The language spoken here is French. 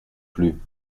plus